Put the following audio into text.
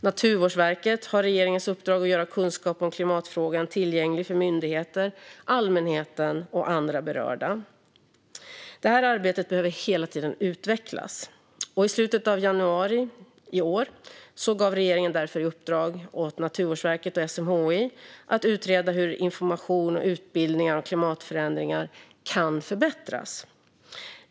Naturvårdsverket har regeringens uppdrag att göra kunskap om klimatfrågan tillgänglig för myndigheter, allmänheten och andra berörda. Det här arbetet behöver hela tiden utvecklas. I slutet av januari i år gav därför regeringen Naturvårdsverket och SMHI i uppdrag att utreda hur information och utbildningar om klimatförändringar kan förbättras.